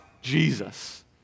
Jesus